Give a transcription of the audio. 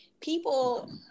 people